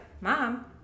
Mom